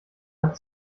hat